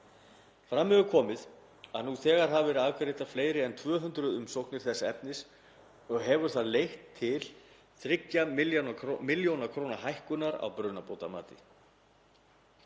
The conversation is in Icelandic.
Fram hefur komið að nú þegar hafi verið afgreiddar fleiri en 200 umsóknir þess efnis og hefur það leitt til 3 milljarða kr. hækkunar á brunabótamati